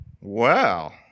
Wow